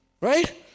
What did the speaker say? right